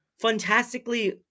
fantastically